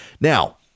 Now